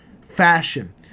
fashion